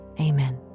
amen